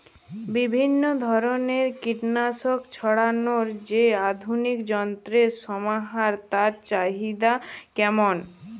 বিভিন্ন ধরনের কীটনাশক ছড়ানোর যে আধুনিক যন্ত্রের সমাহার তার চাহিদা কেমন?